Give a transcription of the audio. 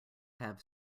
have